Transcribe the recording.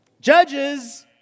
judges